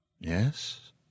Yes